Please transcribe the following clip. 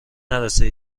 نرسه